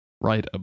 Right